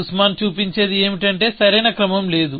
Sussman చూపించేది ఏమిటంటే సరైన క్రమం లేదు